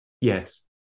Yes